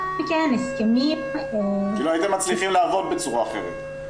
מכן הסכמים --- לא הייתם מצליחים לעבוד בצורה אחרת.